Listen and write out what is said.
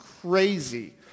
crazy